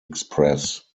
express